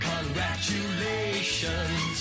Congratulations